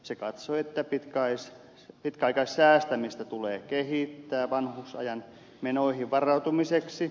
työryhmä katsoi että pitkäaikaissäästämistä tulee kehittää vanhuusajan menoihin varautumiseksi